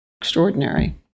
Extraordinary